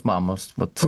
mamos vat